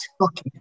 Okay